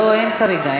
לא, אין חריגה.